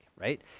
right